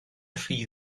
rhy